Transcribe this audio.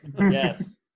Yes